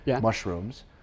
mushrooms